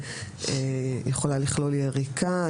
יכולה לכלול יריקה,